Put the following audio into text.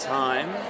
time